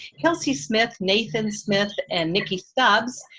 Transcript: kelsey smith, nathan smith and nikki stubbs,